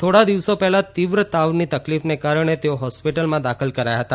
થોડા દિવસો પહેલા તીવ્ર તાવની તકલીફને કારણે તેઓ હોસ્પિટલમાં દાખલ કરાયા હતા